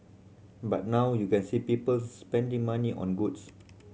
but now you can see people spending money on goods